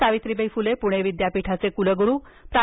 सावित्रीबाई फुले पुणे विद्यापीठाचे कुलगुरू प्रा